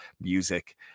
music